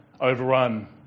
overrun